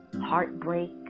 heartbreak